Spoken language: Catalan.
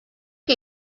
què